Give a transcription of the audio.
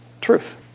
truth